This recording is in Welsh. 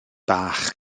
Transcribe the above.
bach